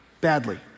Badly